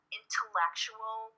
intellectual